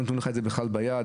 לא נתנו לך את הדוח ביד.